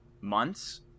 months